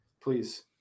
please